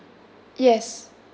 yes